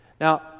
Now